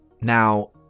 Now